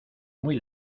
muy